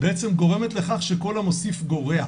בעצם גורמת לכך שכל המוסיף גורע.